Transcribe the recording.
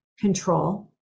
control